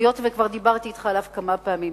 היות שכבר דיברתי אתך עליו כבר כמה פעמים,